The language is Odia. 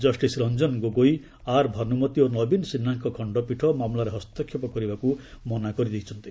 ଜଷ୍ଟିସ୍ ରଞ୍ଜନ୍ ଗୋଗୋଇ ଆର୍ ଭାନୁମତୀ ଓ ନବୀନ ସିହ୍ନାଙ୍କ ଖଣ୍ଡପୀଠ ମାମଲାରେ ହସ୍ତକ୍ଷେପ କରିବାକୁ ମନା କରିଛନ୍ତି